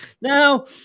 now